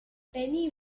penny